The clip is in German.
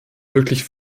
wirklich